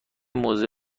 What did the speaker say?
موزه